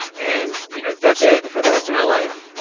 and you know, that's it for the rest of my life.